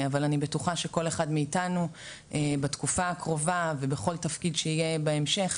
אבל אני בטוחה שכל אחד מאיתנו בתקופה הקרובה ובכל תפקיד שיהיה בהמשך